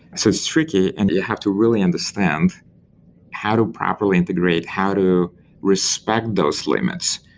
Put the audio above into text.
so it's tricky and you have to really understand how to properly integrate, how to respect those limits,